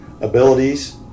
abilities